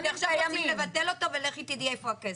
ועכשיו רוצים לבטל אותו ולכי תדעי איפה הכסף.